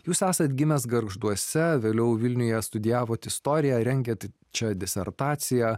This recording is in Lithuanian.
jūs esat gimęs gargžduose vėliau vilniuje studijavot istoriją rengėt čia disertaciją